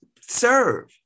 serve